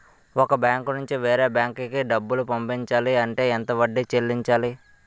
ఒక బ్యాంక్ నుంచి వేరే బ్యాంక్ కి డబ్బులు పంపించాలి అంటే ఎంత వడ్డీ చెల్లించాలి?